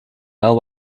wel